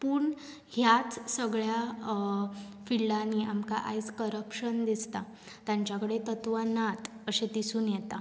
पूण ह्याच सगळ्या फिल्डांनी आमकां आयज करपशन दिसता तांच्या कडेन तत्वां नात अशें दिसून येता